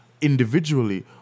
individually